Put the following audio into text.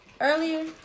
Earlier